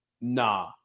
Nah